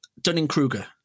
dunning-kruger